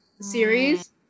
series